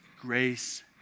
grace